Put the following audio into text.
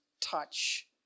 touch